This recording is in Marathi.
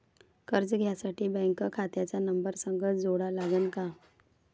कर्ज घ्यासाठी बँक खात्याचा नंबर संग जोडा लागन का?